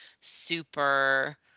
super